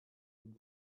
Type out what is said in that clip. den